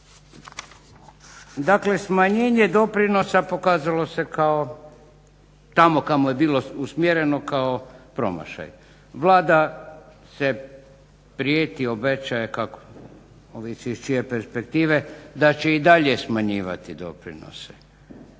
Dakle, smanjenje doprinosa pokazalo se kao tamo kamo je bilo usmjereno kao promašaj. Vlada se prijeti, obećaje ovisi iz čije perspektive da će i dalje smanjivati doprinose.